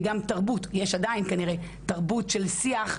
וכנראה עדיין יש, תרבות של שיח.